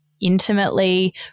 intimately